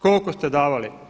Koliko ste davali?